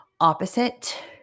opposite